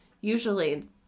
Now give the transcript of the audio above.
usually